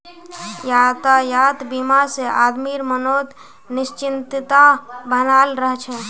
यातायात बीमा से आदमीर मनोत् निश्चिंतता बनाल रह छे